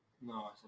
No